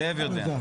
זאב יודע.